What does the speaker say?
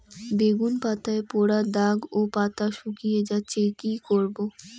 বেগুন পাতায় পড়া দাগ ও পাতা শুকিয়ে যাচ্ছে কি করব?